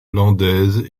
landaise